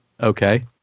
Okay